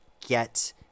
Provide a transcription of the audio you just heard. get